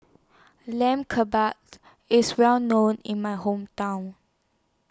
Lamb Kebabs IS Well known in My Hometown